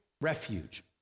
refuge